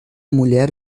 mulher